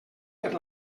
per